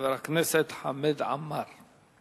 חבר הכנסת חמד עמאר.